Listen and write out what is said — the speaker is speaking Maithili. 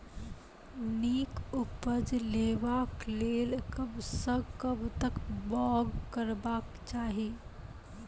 नीक उपज लेवाक लेल कबसअ कब तक बौग करबाक चाही?